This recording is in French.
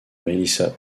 melissa